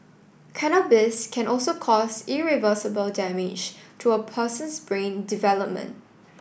cannabis can also cause irreversible damage to a person's brain development